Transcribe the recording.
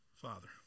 Father